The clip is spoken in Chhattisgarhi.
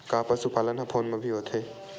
का पशुपालन ह फोन म भी होथे?